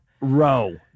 Row